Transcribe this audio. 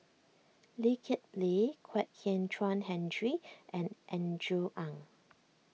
Lee Kip Lee Kwek Hian Chuan Henry and Andrew Ang